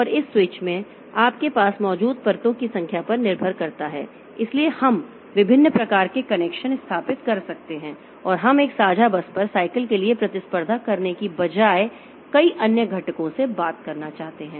और इस स्विच में आपके पास मौजूद परतों की संख्या पर निर्भर करता है इसलिए हम विभिन्न प्रकार के कनेक्शन स्थापित कर सकते हैं और हम एक साझा बस पर साइकल के लिए प्रतिस्पर्धा करने के बजाय कई अन्य घटकों से बात करना चाहते हैं